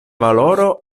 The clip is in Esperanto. valoro